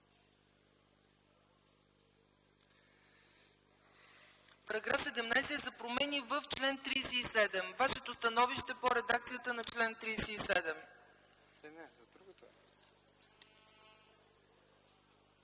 Параграф 17 е за промени в чл. 37. Вашето становище по редакцията на чл. 37!